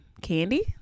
Candy